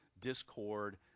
discord